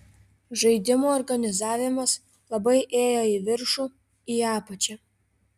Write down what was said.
žaidimo organizavimas labai ėjo į viršų į apačią